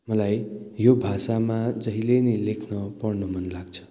मलाई यो भाषामा जहिले पनि लेख्न पढ्न मन लाग्छ